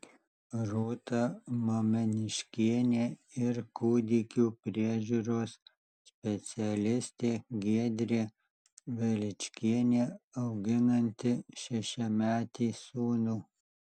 rūta mameniškienė ir kūdikių priežiūros specialistė giedrė veličkienė auginanti šešiametį sūnų